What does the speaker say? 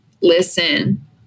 listen